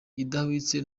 idahwitse